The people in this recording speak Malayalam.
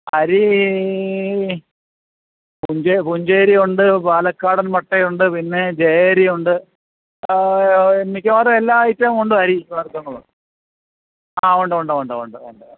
അരീ പുഞ്ചെ പുഞ്ചയരിയുണ്ട് പാലക്കാടന് മട്ടയുണ്ട് പിന്നെ ജയ അരിയുണ്ട് മിക്കവാറും എല്ലാ ഐറ്റം ഉണ്ട് അരി വര്ഗ്ഗങ്ങൾ ആ ഉണ്ട് ഉണ്ട് ഉണ്ട് ഉണ്ട് ഉണ്ട്